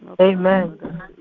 Amen